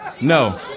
No